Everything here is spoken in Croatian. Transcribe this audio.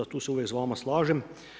Tu se uvijek s vama slažem.